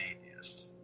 atheist